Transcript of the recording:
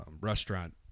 restaurant